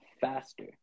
faster